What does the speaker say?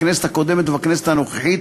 בכנסת הקודמת ובכנסת הנוכחית,